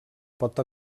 pot